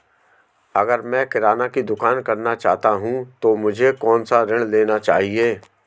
अगर मैं किराना की दुकान करना चाहता हूं तो मुझे कौनसा ऋण लेना चाहिए?